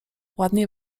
ładnie